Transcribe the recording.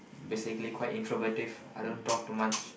basically quite introvertive I don't talk too much